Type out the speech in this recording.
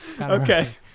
Okay